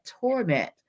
torment